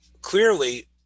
clearly